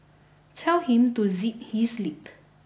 tell him to zip his lip